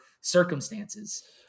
circumstances